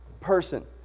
person